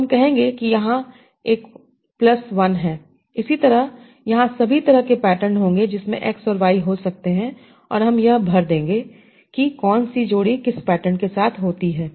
तो हम कहेंगे कि यहां एक प्लस 1 है इसी तरह यहां सभी तरह के पैटर्न होंगे जिसमें X और Y हो सकते हैं और हम यह भर देंगे कि कौन सी जोड़ी किस पैटर्न के साथ होती है